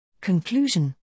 Conclusion